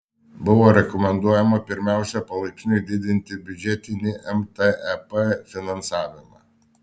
buvo rekomenduojama pirmiausia palaipsniui didinti biudžetinį mtep finansavimą